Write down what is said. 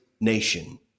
nation